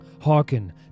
Hearken